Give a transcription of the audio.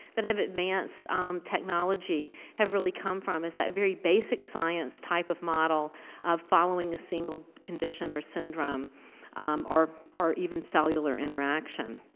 that have advanced um technology, have really come from is that very basic science type of model of following the single condition or syndrome or or even cellular interaction.